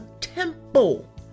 temple